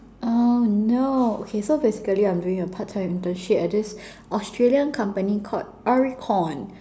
oh no okay so basically I am doing a part time internship at this australian company called Oricon